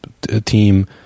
team